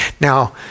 Now